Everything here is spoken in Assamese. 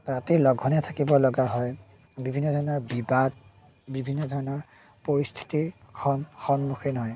ৰাতি লঘোণে থাকিব লগা হয় বিভিন্ন ধৰণৰ বিবাদ বিভিন্ন ধৰণৰ পৰিস্থিতিৰ সন্মুখীন হয়